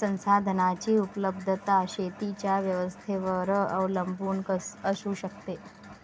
संसाधनांची उपलब्धता शेतीच्या व्यवस्थेवर अवलंबून असू शकते